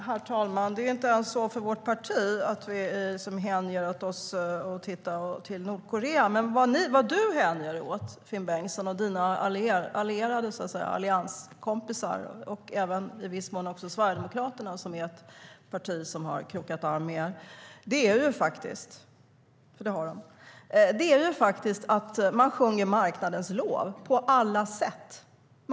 Herr talman! Det är inte ens så för vårt parti, att vi hänger oss åt att titta på Nordkorea. Men vad du, Finn Bengtsson, och dina allianskompisar - och i viss mån också Sverigedemokraterna, som är ett parti som har krokat arm med er, för det har de - hänger er åt är att sjunga marknadens lov på alla sätt.